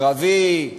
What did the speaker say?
קרבי,